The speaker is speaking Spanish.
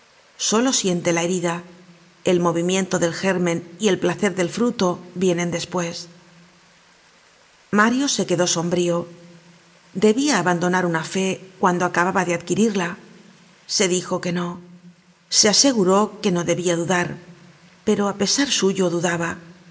solo siente la herida el movimiento del gérmen y el placer del fruto vienen despues mario se quedó sombrío debia abandonar una fe cuando acababa de adquirirla se dijo que no se aseguró que nodebia dudar pero á pesar suyo dudaba